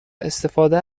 استفاده